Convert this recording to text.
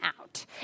out